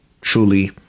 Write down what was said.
truly